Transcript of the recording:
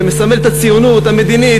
שמסמל את הציונות המדינית,